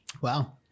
Wow